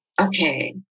Okay